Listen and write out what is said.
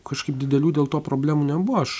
kažkaip didelių dėl to problemų nebuvo aš